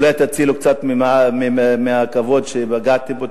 אולי תצילו קצת מהכבוד שפגעתם בו,